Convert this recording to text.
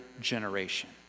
generation